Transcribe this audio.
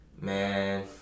man